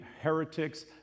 heretics